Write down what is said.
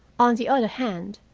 on the other hand,